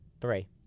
Three